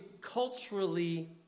culturally